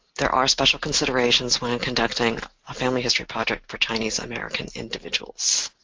there are special considerations when and conducting a family history project for chinese-american individuals.